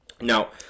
Now